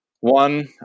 one